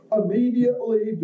immediately